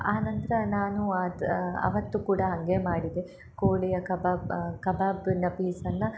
ಆನಂತರ ನಾನು ಅದ ಅವತ್ತು ಕೂಡ ಹಾಗೆ ಮಾಡಿದೆ ಕೋಳಿಯ ಕಬಾಬ್ ಕಬಾಬನ್ನ ಪೀಸನ್ನ